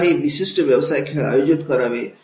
अशा काही विशिष्ट व्यवसाय खेळ आयोजित करावे